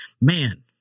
Man